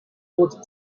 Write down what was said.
wood